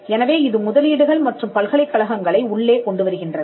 எனவே இது முதலீடுகள் மற்றும் பல்கலைக்கழகங்களை உள்ளே கொண்டு வருகின்றது